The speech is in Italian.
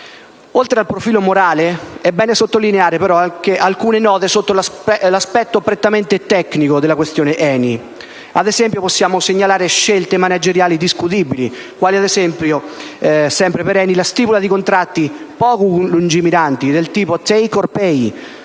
Oltre al profilo morale è bene sottolineare anche alcune note sotto il profilo tecnico della questione ENI. Ad esempio, possiamo segnalare scelte manageriali discutibili, quali, ad esempio, la stipula di contratti poco lungimiranti del tipo *take or pay*,